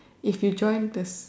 if you join the